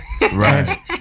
Right